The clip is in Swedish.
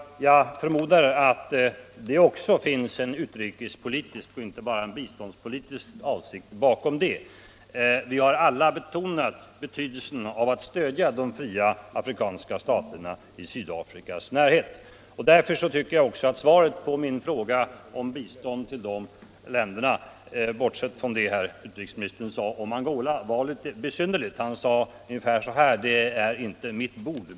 Jag förmodar att det finns en utrikespolitisk och inte bara en biståndspolitisk avsikt bakom det. Vi har alla betonat betydelsen av att stödja de fria afrikanska staterna i Sydafrikas närhet. Därför tycker jag också att svaret på min fråga om bistånd till de länderna — bortsett från det utrikesministern sade om Angola — var litet besynnerligt. Han sade ungefär så här: ”Det är inte mitt bord.